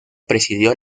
presidió